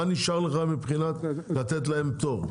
מה נשאר לך כדי לתת להם פטור?